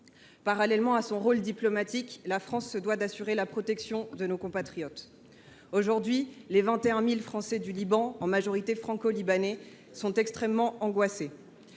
Parallèlement à son rôle diplomatique, la France se doit d’assurer la protection de nos compatriotes. Aujourd’hui, les 21 000 Français du Liban, en majorité franco libanais, sont extrêmement angoissés.